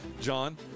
John